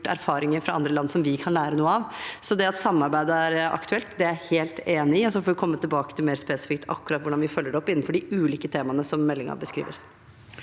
erfaringer i andre land som vi kan lære noe av. Det at samarbeid er aktuelt, er jeg helt enig i, og så får vi komme mer spesifikt tilbake til akkurat hvordan vi følger opp innenfor de ulike temaene som meldingen beskriver.